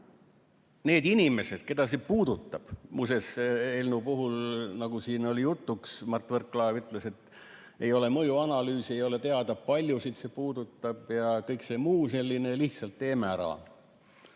Need inimesed, keda see puudutab ... Muuseas, eelnõu kohta, nagu siin oli jutuks, Mart Võrklaev ütles, et ei ole mõjuanalüüsi, ei ole teada, kui paljusid see puudutab, ja kõik see muu selline. Lihtsalt teeme ära.